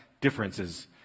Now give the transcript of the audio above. differences